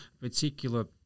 particular